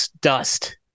dust